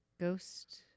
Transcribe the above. ghost